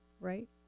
Right